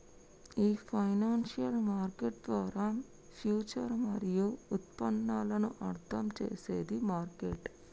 ఈ financial market ద్వారా future మరియు ఉత్పన్నాలను అర్థం చేసేది మార్కెట్